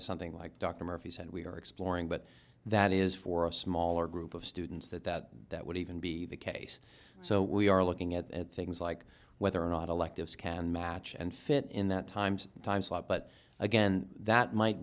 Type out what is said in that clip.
is something like dr murphy said we are exploring but that is for a smaller group of students that that that would even be the case so we are looking at things like whether or not electives can match and fit in that times time slot but again that might